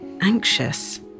anxious